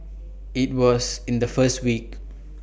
IT was in the first week